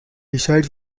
resides